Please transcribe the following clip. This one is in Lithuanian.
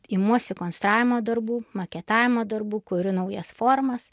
imuosi konstravimo darbų maketavimo darbų kurių naujas formas